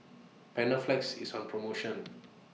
Panaflex IS on promotion